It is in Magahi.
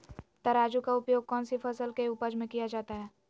तराजू का उपयोग कौन सी फसल के उपज में किया जाता है?